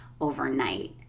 overnight